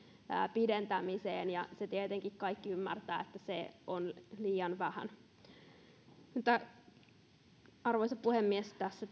pidentämiseen vain kuudella vuorokaudella ja sen tietenkin kaikki ymmärtävät että se on liian vähän arvoisa puhemies tässä